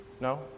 No